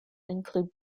include